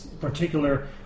particular